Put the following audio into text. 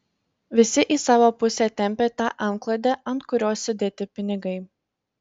visi į savo pusę tempią tą antklodę ant kurios sudėti pinigai